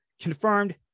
confirmed